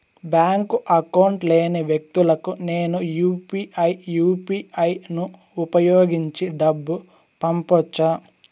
Bank account లేని వ్యక్తులకు నేను యు పి ఐ యు.పి.ఐ ను ఉపయోగించి డబ్బు పంపొచ్చా?